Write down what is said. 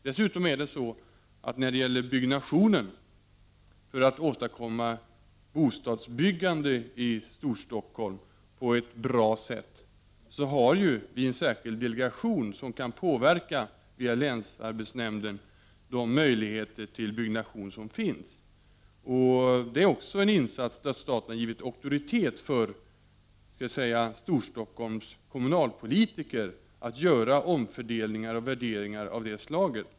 Dessutom har vi när det gäller att på ett bra sätt åstadkomma byggnation för bostäder i Storstockholm en särskild delegation, som via länsarbetsnämnden kan påverka de möjligheter som finns till byggnation. Det är också en insats där staten givit auktoritet för Storstockholms kommunalpolitiker att göra omfördelningar och värderingar av det här slaget.